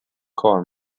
کار